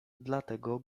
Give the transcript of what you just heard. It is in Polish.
dlatego